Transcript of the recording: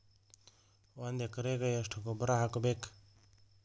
ಒಂದ್ ಎಕರೆಗೆ ಎಷ್ಟ ಗೊಬ್ಬರ ಹಾಕ್ಬೇಕ್?